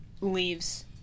leaves